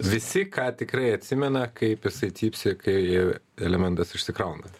visi ką tikrai atsimena kaip jisai cypsi kai elementas išsikrauna